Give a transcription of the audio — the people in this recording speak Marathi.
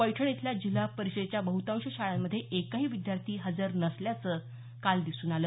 पैठण इथल्या जिल्हापरिषदेच्या बहतांश शाळांमध्ये एक ही विद्यार्थी हजर नसल्याचं काल दिसून आल